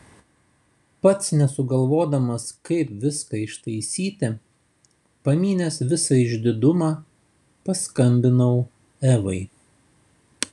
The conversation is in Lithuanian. pats nesugalvodamas kaip viską ištaisyti pamynęs visą išdidumą paskambinau evai